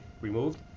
removed